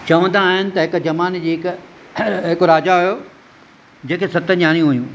चवंदा आहिनि त हिक ज़माने जे हिकु हिकु राजा हुओ जंहिंखे सत नियाणियूं हुयूं